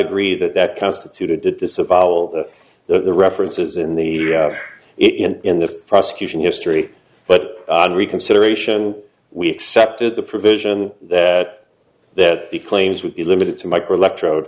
agree that that constituted to disavow all the references in the in the prosecution history but reconsideration we accepted the provision that that the claims would be limited to microelectro